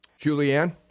Julianne